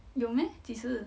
有 meh 几时